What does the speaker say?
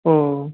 ஓ